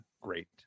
great